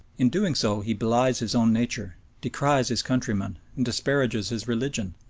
in doing so he belies his own nature, decries his countrymen, and disparages his religion.